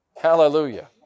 Hallelujah